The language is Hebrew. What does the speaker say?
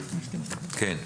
כן.